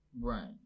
Right